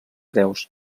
hereus